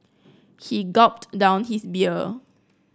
he gulped down his beer